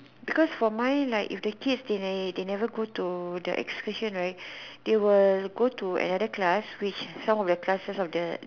because for mine like if the kids they they never go to the excursion right they will go to another class which some of their classes of the